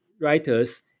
writers